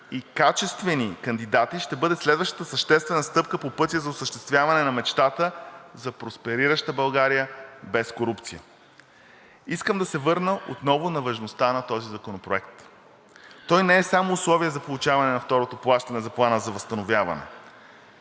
и качествени кандидати ще бъде следващата съществена стъпка по пътя за осъществяване на мечтата за просперираща България без корупция. Искам да се върна отново на важността на този законопроект. Той не е само условие за получаване на второто плащане за Плана за възстановяване.